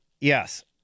Yes